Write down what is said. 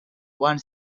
one